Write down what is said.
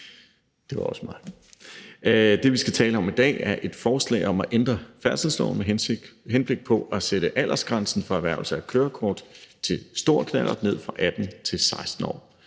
det var jo også mig! Det, vi skal tale om i dag, er et forslag om at ændre færdselsloven med henblik på at sætte aldersgrænsen for erhvervelse af kørekort til stor knallert ned fra 18 til 16 år.